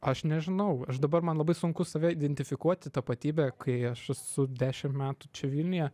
aš nežinau aš dabar man labai sunku save identifikuoti tapatybę kai aš esu dešim metų čia vilniuje